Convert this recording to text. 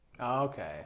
Okay